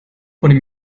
von